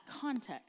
context